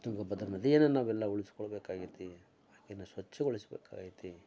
ತುಂಗಭದ್ರಾ ನದಿಯನ್ನು ನಾವೆಲ್ಲ ಉಳಿಸ್ಕೊಳ್ಬೆಕಾಗೈತಿ ಆಕೆನ ಸ್ವಚ್ಛಗೊಳಿಸ್ಬೇಕಾಗೈತಿ